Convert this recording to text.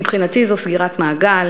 מבחינתי זו סגירת מעגל.